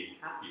happy